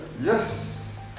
Yes